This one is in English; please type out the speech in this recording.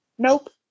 Nope